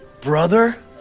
Brother